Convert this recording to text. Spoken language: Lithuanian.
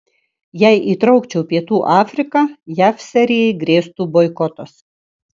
jei įtraukčiau pietų afriką jav serijai grėstų boikotas